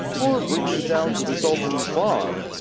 or bring me down to the sultan's farm.